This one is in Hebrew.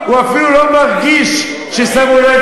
שיגיד לא.